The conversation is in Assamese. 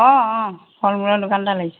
অঁ অঁ ফল মূলৰ দোকানতে লাগিছে